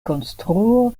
konstruo